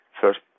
First